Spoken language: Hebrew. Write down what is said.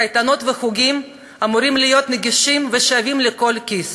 קייטנות וחוגים אמורים להיות נגישים ושווים לכל כיס.